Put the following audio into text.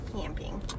Camping